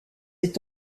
est